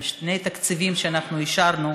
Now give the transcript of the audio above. בשני תקציבים שאנחנו אישרנו,